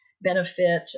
benefit